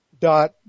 dot